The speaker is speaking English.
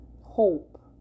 hope